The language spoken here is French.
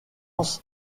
est